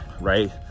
right